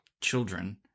children